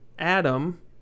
Adam